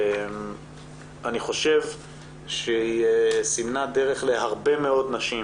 אני חושב שהיא סימנה דרך להרבה מאוד נשים